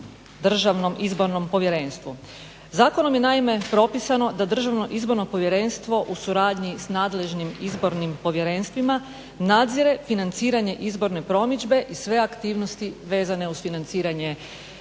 Državnom izbornom povjerenstvu. zakonom je naime propisano da Državno izborno povjerenstvo u suradnji sa nadležnim izbornim povjerenstvima nadzire financiranje izborne promidžbe i sve aktivnosti vezane uz financiranje izborne